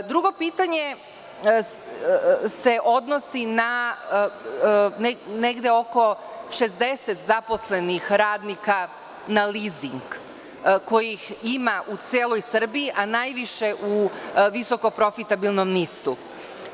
Drugo pitanje se odnosi na negde oko 60 zaposlenih radnika na lizing, kojih ima u celoj Srbiji, a najviše u visokoprofitabilnom NIS-u.